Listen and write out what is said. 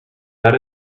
out